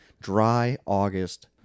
Dry-August